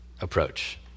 approach